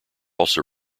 also